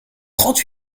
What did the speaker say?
trente